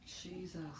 Jesus